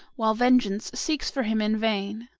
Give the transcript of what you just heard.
while vengeance seeks for him in vain.